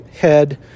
head